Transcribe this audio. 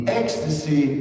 ecstasy